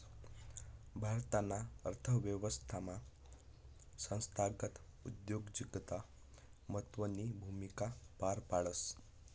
भारताना अर्थव्यवस्थामा संस्थागत उद्योजकता महत्वनी भूमिका पार पाडस